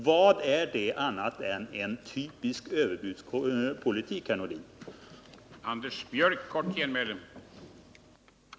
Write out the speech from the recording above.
Vad är det annat än en typisk överbudspolitik, Sven-Erik Nordin?